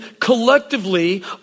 collectively